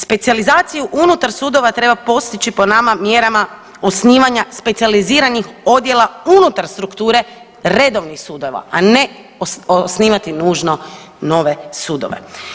Specijalizacije unutar sudova treba postići po nama mjerama osnivanja specijaliziranih odjela unutar strukture redovnih sudova, a ne osnivati nužno nove sudove.